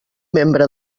membre